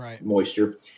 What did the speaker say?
moisture